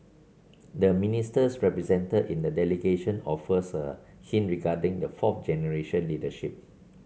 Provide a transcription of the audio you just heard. the Ministers represented in the delegation offers a hint regarding the fourth generation leadership